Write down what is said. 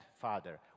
father